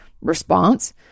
response